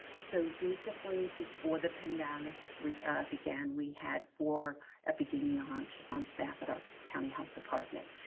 so basically before the pandemic began, we had four epidemiologists on staff at our county health department.